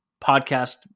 podcast